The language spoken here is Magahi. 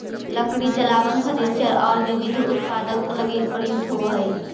लकड़ी जलावन, फर्नीचर औउर विविध उत्पाद लगी प्रयुक्त होवऽ हई